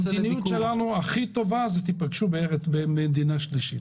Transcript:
המדיניות הכי טובה שלנו היא: תיפגשו במדינה שלישית.